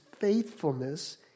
faithfulness